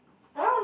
then